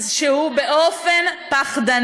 בדיוק סדר, שהוא באופן פחדני.